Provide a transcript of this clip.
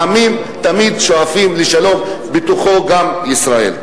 העמים תמיד שואפים לשלום, בתוכם גם ישראל.